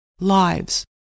lives